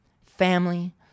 family